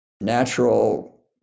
natural